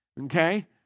Okay